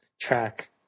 track